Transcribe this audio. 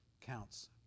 counts